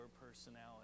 personality